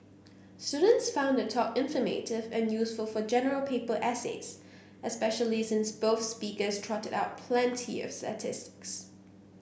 students found the talk informative and useful for General Paper essays especially since both speakers trotted out plenty of statistics